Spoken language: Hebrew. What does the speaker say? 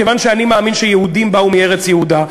כיוון שאני מאמין שיהודים באו מארץ יהודה,